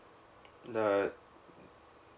the